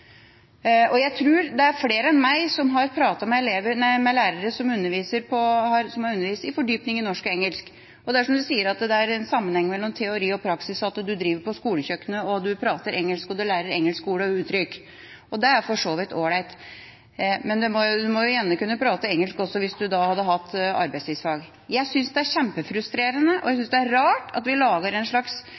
Og jeg tror det er flere enn meg som har pratet med lærere som har undervist i fordypning i norsk og engelsk. Det er, som en sier, en sammenheng mellom teori og praksis, og at en er på skolekjøkkenet og prater engelsk og lærer engelske ord og uttrykk, er for så vidt all right, men en må jo gjerne også prate engelsk hvis en har arbeidslivsfag. Jeg synes det er kjempefrustrerende, og jeg synes det er rart, at vi